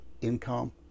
income